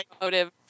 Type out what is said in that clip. motive